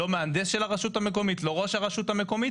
לא מהנדס של הרשות המקומית, לא ראש הרשות המקומית.